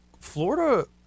Florida